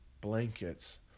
blankets